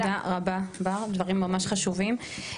תודה רבה בר, דברים ממש חשובים.